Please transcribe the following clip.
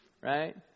Right